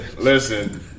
listen